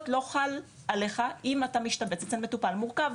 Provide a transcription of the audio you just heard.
לא חל עליך אם אתה משתבץ אצל מטופל מורכב.